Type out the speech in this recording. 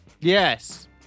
Yes